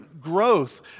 growth